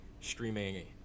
streaming